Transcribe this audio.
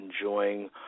enjoying